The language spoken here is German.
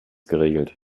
geregelt